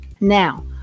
Now